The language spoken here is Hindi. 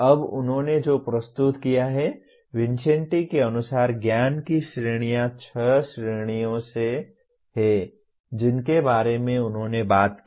अब उन्होंने जो प्रस्तुत किया है विन्सेंटी के अनुसार ज्ञान की श्रेणियां छह श्रेणियां हैं जिनके बारे में उन्होंने बात की